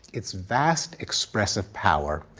its vast expressive power,